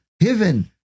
heaven